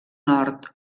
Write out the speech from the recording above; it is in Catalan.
nord